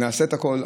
נעשה הכול.